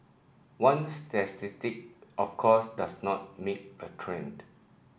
one statistic of course does not make a trend